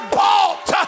bought